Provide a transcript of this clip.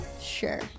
Sure